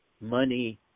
money